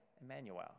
Emmanuel